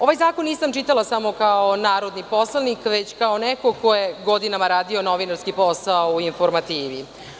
Ovaj zakon nisam čitala kao narodni poslanik, već kao neko ko je godinama radio novinarski posao u informativi.